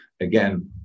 again